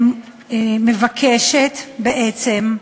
מבקשת, בעצם,